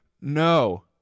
no